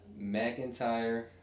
McIntyre